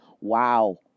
Wow